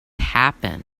happen